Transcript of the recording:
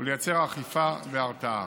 ולייצר אכיפה והרתעה.